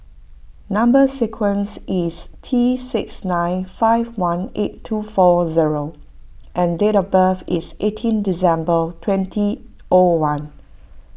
Number Sequence is T six nine five one eight two four zero and date of birth is eighteen December twenty O one